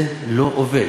זה לא עובד.